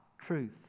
truth